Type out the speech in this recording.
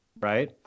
right